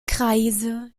kreise